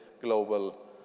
global